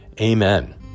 Amen